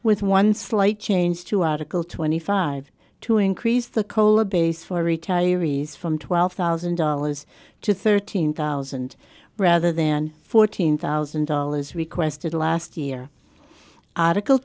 with one slight change to article twenty five to increase the cola base for retirees from twelve thousand dollars to thirteen thousand rather than fourteen thousand dollars requested last year artic